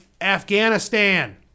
afghanistan